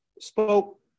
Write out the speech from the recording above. spoke